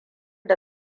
da